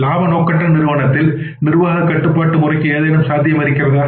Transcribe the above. இலாப நோக்கற்ற நிறுவனத்தில் நிர்வாகக் கட்டுப்பாட்டு முறைமைக்கு ஏதேனும் சாத்தியம் இருக்கிறதா